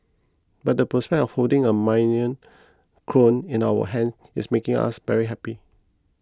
but the prospect of holding a minion clone in our hand is making us very happy